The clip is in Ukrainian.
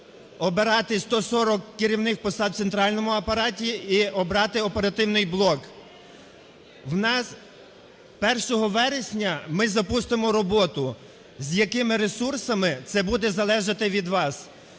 обирати 140 керівних посад в центральному апараті і обрати оперативний блок. В нас 1 вересня ми запустимо роботу, з якими ресурсами це буде залежати від вас.